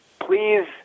please